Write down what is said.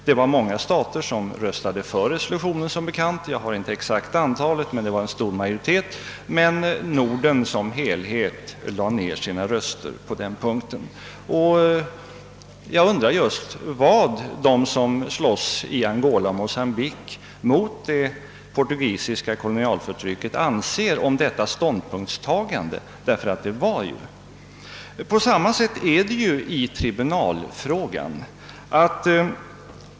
Många stater röstade som bekant för resolutionen — jag har inte det exakta antalet, men det var en stor majoritet — medan Norden som helhet lade ned sina röster på denna punkt. Jag undrar vad de som slåss mot det portugisiska kolonialförtrycket i Angola och Mocambique anser om detta ståndpunktstagande. På samma sätt förhåller det sig i tribunalfrågan.